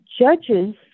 judges